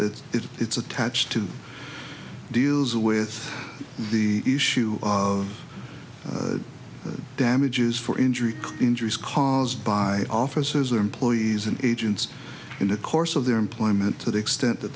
that it's attached to deals with the issue of damages for injury injuries caused by officers or employees and agents in the course of their employment to the extent that